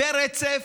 ברצף,